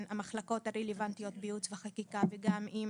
בין המחלקות הרלוונטיות בייעוץ בחקיקה וגם עם